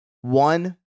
One